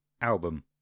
album